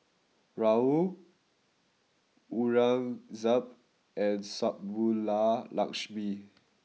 Rahul Aurangzeb and Subbulakshmi